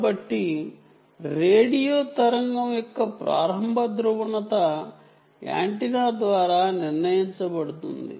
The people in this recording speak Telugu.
కాబట్టి రేడియో తరంగం యొక్క ప్రారంభ ధ్రువణత యాంటెన్నా ద్వారా నిర్ణయించబడుతుంది